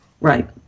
Right